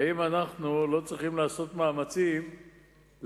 האם אנחנו לא צריכים לעשות מאמצים להקל